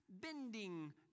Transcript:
bending